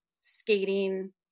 skating